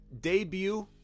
debut